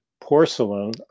porcelain